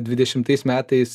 dvidešimtais metais